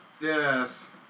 Yes